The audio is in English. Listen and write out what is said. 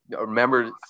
remember